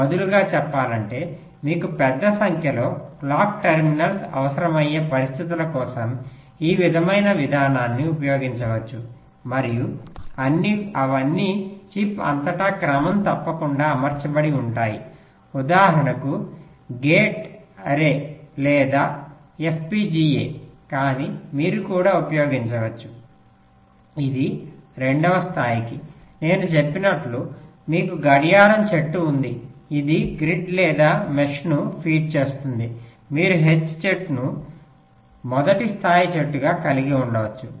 వదులుగా చెప్పాలంటే మీకు పెద్ద సంఖ్యలో క్లాక్ టెర్మినల్స్ అవసరమయ్యే పరిస్థితుల కోసం ఈ విధమైన విధానాన్ని ఉపయోగించవచ్చు మరియు అవన్నీ చిప్ అంతటా క్రమం తప్పకుండా అమర్చబడి ఉంటాయి ఉదాహరణకు గేట్ అర్రే లేదా ఎఫ్పిజిఎలో కానీ మీరు కూడా ఉపయోగించవచ్చు ఇది 2 స్థాయికి నేను చెప్పినట్లు మీకు గడియారం చెట్టు ఉంది ఇది గ్రిడ్ లేదా మెష్ను ఫీడ్ చేస్తుంది మీరు H చెట్టును మొదటి స్థాయి చెట్టుగా కలిగి ఉండవచ్చు